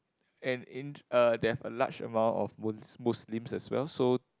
and in uh they have a large amount of Mu~ Muslims as well so